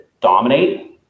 dominate